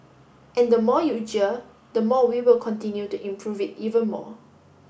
and the more you jeer the more we will continue to improve it even more